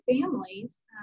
families